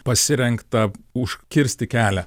pasirengta užkirsti kelią